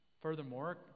Furthermore